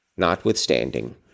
notwithstanding